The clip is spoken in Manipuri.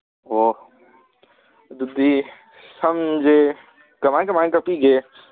ꯑꯣ ꯑꯗꯨꯗꯤ ꯁꯝꯁꯦ ꯀꯃꯥꯏꯅ ꯀꯃꯥꯏꯅ ꯀꯛꯄꯤꯒꯦ